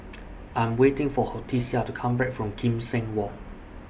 I Am waiting For Hortensia to Come Back from Kim Seng Walk